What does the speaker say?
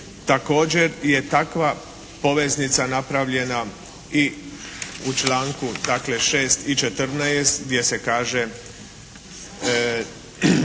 Također je takva poveznica napravljena i u članku dakle 6. i 14. gdje se kaže